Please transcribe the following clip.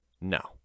no